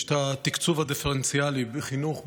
יש את התקצוב הדיפרנציאלי בחינוך,